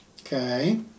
Okay